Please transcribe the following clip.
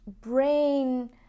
brain